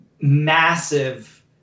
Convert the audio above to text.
massive